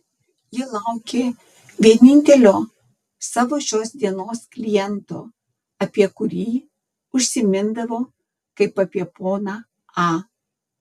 ji laukė vienintelio savo šios dienos kliento apie kurį užsimindavo kaip apie poną a